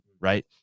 right